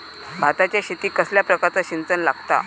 भाताच्या शेतीक कसल्या प्रकारचा सिंचन लागता?